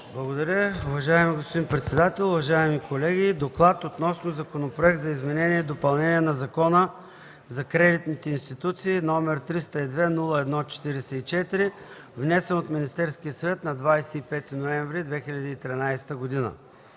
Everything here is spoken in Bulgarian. ЦОНЕВ: Уважаеми господин председател, уважаеми колеги! „ДОКЛАД относно Законопроект за изменение и допълнение на Закона за кредитните институции, № 302-01-44, внесен от Министерския съвет на 25 ноември 2013 г.